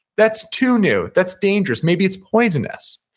that's too new. that's dangerous, maybe it's poisonous.